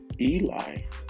Eli